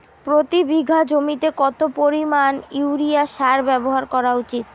প্রতি বিঘা জমিতে কত পরিমাণ ইউরিয়া সার ব্যবহার করা উচিৎ?